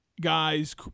guys